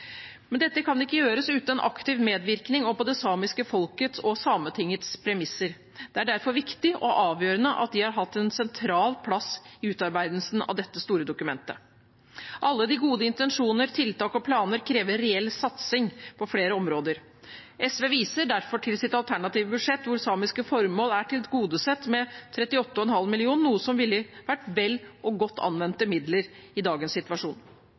Men dette kan ikke gjøres uten aktiv medvirkning og på det samiske folkets og Sametingets premisser. Det er derfor viktig og avgjørende at de har hatt en sentral plass i utarbeidelsen av dette store dokumentet. Alle gode intensjoner, tiltak og planer krever reell satsing på flere områder. SV viser derfor til sitt alternative budsjett, hvor samiske formål er tilgodesett med 38,5 mill. kr, noe som ville vært vel og godt anvendte midler i dagens situasjon.